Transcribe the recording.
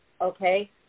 okay